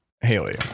Haley